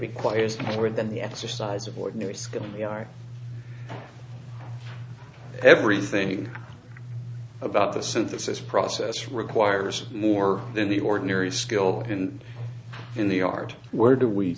requires more than the exercise of ordinary skill in the art everything about the synthesis process requires more than the ordinary skill and in the art where do we